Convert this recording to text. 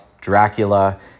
Dracula